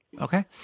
Okay